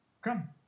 come